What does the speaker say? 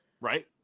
Right